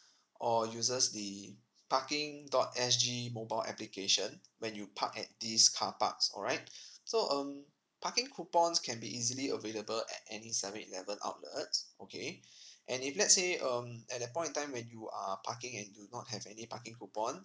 or uses the parking dot sg mobile application when you park at these car parks all right so um parking coupons can be easily available at any seven eleven outlets okay and if let's say um at that point in time when you are parking and do not have any parking coupon